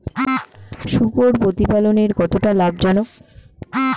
শূকর প্রতিপালনের কতটা লাভজনক?